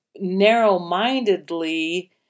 narrow-mindedly